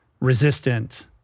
resistant